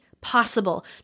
possible